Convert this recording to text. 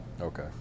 Okay